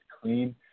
clean